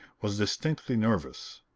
was distinctly nervous.